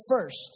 first